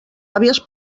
àvies